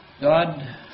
God